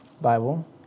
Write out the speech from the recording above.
Bible